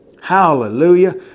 Hallelujah